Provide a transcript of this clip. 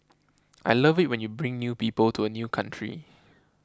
I love it when you bring people to a new country